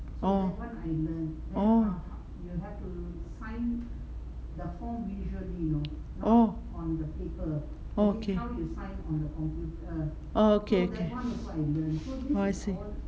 orh orh oh okay oh okay okay oh I see